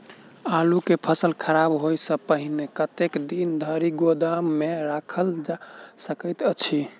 आलु केँ फसल खराब होब सऽ पहिने कतेक दिन धरि गोदाम मे राखल जा सकैत अछि?